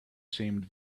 seemed